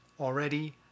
already